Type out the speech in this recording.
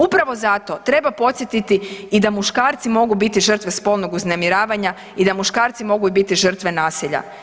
Upravo zato treba podsjetiti i da muškarci mogu biti žrtve spolnog uznemiravanja i da muškarci mogu i biti žrtve nasilja.